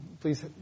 please